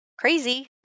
crazy